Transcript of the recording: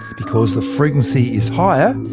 because the frequency is higher,